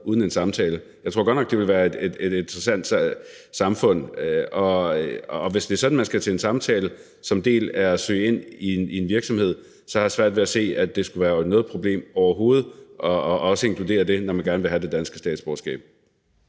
uden en samtale. Jeg tror godt nok, det ville være et interessant samfund. Og hvis det er sådan, at man skal til en samtale som en del af det at søge ind i en virksomhed, så har jeg svært ved at se, at det skulle være noget problem overhovedet også at inkludere det, når man gerne vil have det danske statsborgerskab.